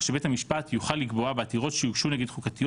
שבית המשפט יוכל לקבוע בעתירות שיוגשו נגד חוקתיות